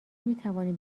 میتوانیم